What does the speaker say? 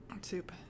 Soup